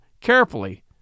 carefully